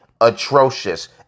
atrocious